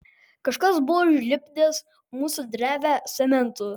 kažkas buvo užlipdęs mūsų drevę cementu